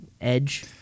edge